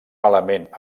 element